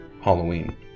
Halloween